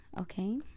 okay